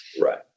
right